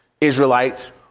Israelites